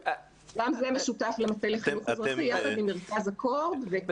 גם זה משותף למטה לחינוך אזרחי יחד עם מרכז אקורד.